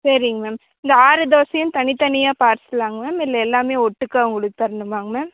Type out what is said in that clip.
சரிங்க மேம் இந்த ஆறு தோசையும் தனி தனியாக பார்சலாங்க மேம் இல்லை எல்லாமே ஒட்டுக்கா உங்களுக்கு தரணுமாங்க மேம்